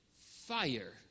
fire